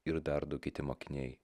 ir dar du kiti mokiniai